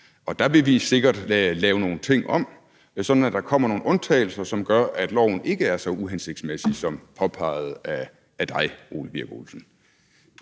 og der vil vi sikkert lave nogle ting om, sådan at der kommer nogle undtagelser, som gør, at loven ikke bliver så uhensigtsmæssig som påpeget af dig, Ole Birk Olesen.